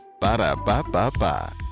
Ba-da-ba-ba-ba